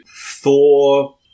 Thor